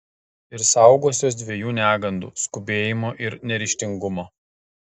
ir saugosiuos dviejų negandų skubėjimo ir neryžtingumo